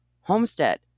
homestead